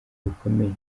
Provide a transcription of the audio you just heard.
bikomeye